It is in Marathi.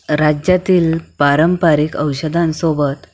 राज्यातील पारंपरिक औषधांसोबत